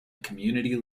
community